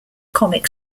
comic